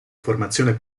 formazione